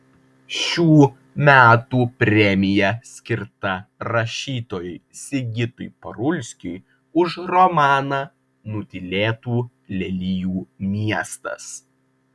šių metų premija skirta rašytojui sigitui parulskiui už romaną nutylėtų lelijų miestas